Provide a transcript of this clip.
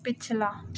पिछला